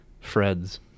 Fred's